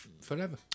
forever